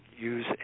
use